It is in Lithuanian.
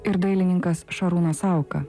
ir dailininkas šarūnas sauka